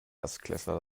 erstklässler